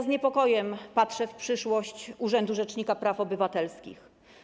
Z niepokojem patrzę w przyszłość urzędu rzecznika praw obywatelskich.